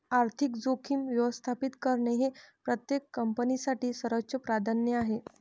आर्थिक जोखीम व्यवस्थापित करणे हे प्रत्येक कंपनीसाठी सर्वोच्च प्राधान्य आहे